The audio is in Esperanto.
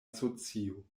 socio